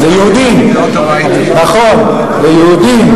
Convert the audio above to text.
ליהודים, נכון, ליהודים.